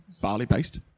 barley-based